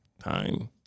time